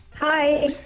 hi